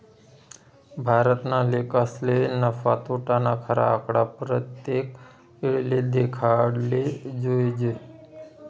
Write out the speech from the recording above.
भारतना लेखकसले नफा, तोटाना खरा आकडा परतेक येळले देखाडाले जोयजे